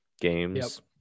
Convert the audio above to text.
games